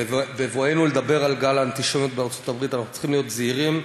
בבואנו לדבר על גל האנטישמיות בארצות-הברית אנחנו צריכים להיות זהירים,